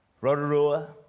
Rotorua